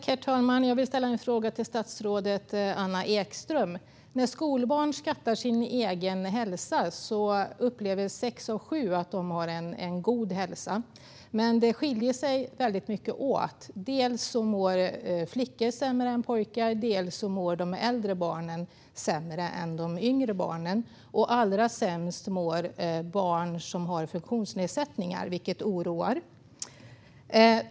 Herr talman! Jag vill ställa en fråga till statsrådet Anna Ekström. När skolbarn skattar sin egen hälsa upplever sex av sju att de har en god hälsa, men det skiljer sig väldigt mycket. Dels mår flickor sämre än pojkar, dels mår de äldre barnen sämre än de yngre barnen. Allra sämst mår barn som har funktionsnedsättningar, vilket oroar.